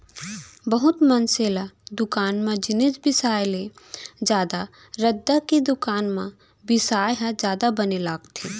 बहुत मनसे ल दुकान म जिनिस बिसाय ले जादा रद्दा के दुकान म बिसाय ह जादा बने लागथे